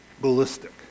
Ballistic